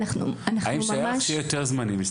האם אפשר שיהיו יותר זמנים.